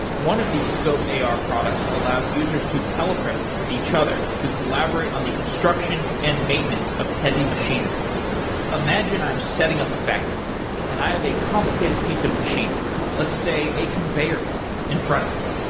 one of the scope ar products allows users to tell a presence with each other to collaborate on the construction and maintenance of heavy machinery imagine i'm setting up a factory and i have a complicated piece of machinery, let's say a conveyor belt in front of me.